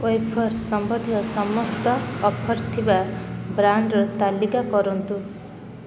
wafer ସମ୍ବନ୍ଧୀୟ ସମସ୍ତ offer ଥିବା ବ୍ରାଣ୍ଡ୍ର ତାଲିକା କରନ୍ତୁ